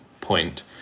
point